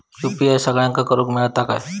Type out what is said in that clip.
UPI सगळ्यांना करुक मेलता काय?